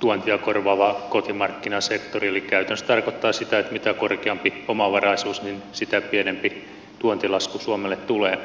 tuontia korvaava kotimarkkinasektori eli käytännössä se tarkoittaa sitä että mitä korkeampi omavaraisuus niin sitä pienempi tuontilasku suomelle tulee